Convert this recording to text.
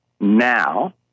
Now